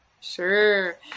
Sure